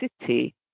city